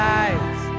eyes